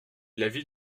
l’avis